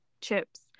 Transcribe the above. chips